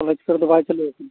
college ᱠᱚᱨᱮ ᱫᱚ ᱵᱟᱭ ᱪᱟᱹᱞᱩ ᱠᱟᱱᱟ